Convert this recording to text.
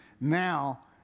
Now